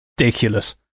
ridiculous